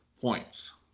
points